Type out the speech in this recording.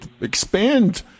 expand